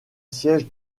siège